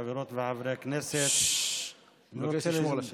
חברות וחברי הכנסת בבקשה לשמור על השקט.